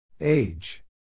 Age